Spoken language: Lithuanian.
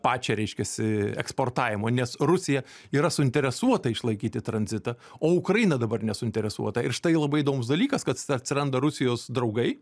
pačią reiškiasi eksportavimo nes rusija yra suinteresuota išlaikyti tranzitą o ukraina dabar nesuinteresuota ir štai labai įdomus dalykas atsiranda rusijos draugai